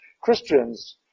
Christians